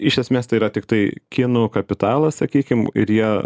iš esmės tai yra tiktai kinų kapitalas sakykim ir jie